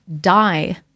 die